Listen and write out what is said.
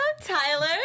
Tyler